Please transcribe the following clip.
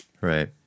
Right